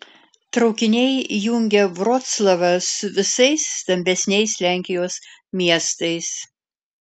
traukiniai jungia vroclavą su visais stambesniais lenkijos miestais